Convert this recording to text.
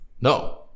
No